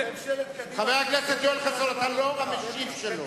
חבר הכנסת יואל חסון, אתה לא המשיב שלו.